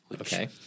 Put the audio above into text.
Okay